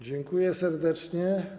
Dziękuję serdecznie.